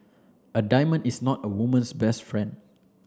a diamond is not a woman's best friend